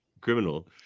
criminal